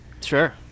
Sure